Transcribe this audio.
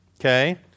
Okay